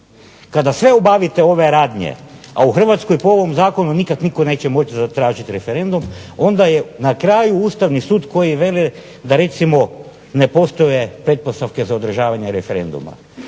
kada sve obavite ove radnje, a u Hrvatskoj po ovom zakonu nikad nitko neće moći zatražiti referendum, onda je na kraju Ustavni sud koji veli da recimo ne postoje pretpostavke za održavanje referenduma.